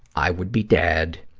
i would be dead